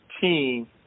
team